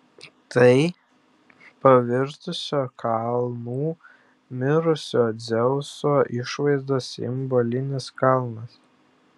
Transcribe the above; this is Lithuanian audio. tai pavirtusio kalnu mirusio dzeuso išvaizdos simbolinis kalnas